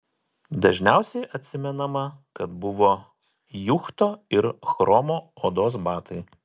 dažniausiai atsimenama kad buvo juchto ir chromo odos batai